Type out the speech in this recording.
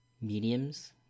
mediums